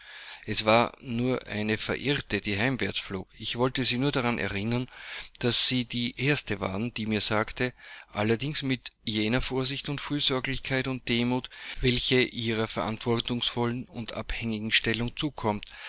es war nur eine verirrte die heimwärts flog ich wollte sie nur daran erinnern daß sie die erste waren die mir sagte allerdings mit jener vorsicht und fürsorglichkeit und demut welche ihrer verantwortungsvollen und abhängigen stellung zukommen